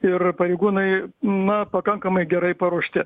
ir pareigūnai na pakankamai gerai paruošti